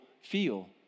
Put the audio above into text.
feel